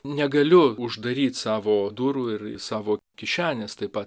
negaliu uždaryt savo durų ir savo kišenės taip pat